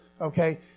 Okay